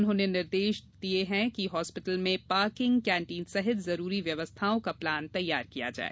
उन्होंने निर्देश दिये कि हॉस्पिटल में पार्किंग कैण्टीन सहित जरूरी व्यवस्थाओं का प्लान तैयार करें